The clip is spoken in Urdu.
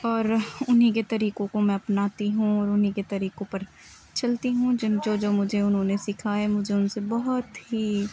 اور انہیں کے طریقوں کو میں اپناتی ہوں اور انہیں کے طریقوں پر چلتی ہوں جن جو جو مجھے انہوں نے سکھائے مجھے ان سے بہت ہی